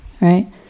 right